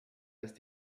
ist